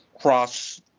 cross